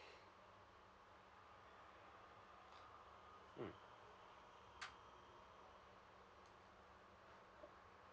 mm